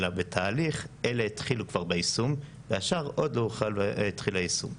אלא בתהליך אלה התחילו כבר ביישום והשאר עוד לא התחיל היישום.